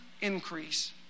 increase